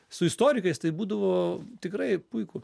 su istorikais tai būdavo tikrai puiku